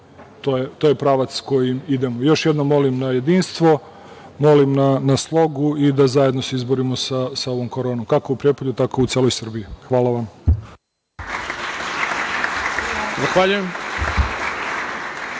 to je pravac kojim idemo. Još jednom molim za jedinstvo. Molim za slogu i da se zajedno izborimo sa ovom koronom kako u Prijepolju, tako i u celoj Srbiji. Hvala vam.